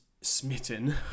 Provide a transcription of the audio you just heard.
smitten